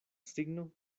signo